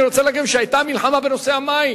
אני רוצה להגיד לכם שתמיד היתה מלחמה בנושא המים.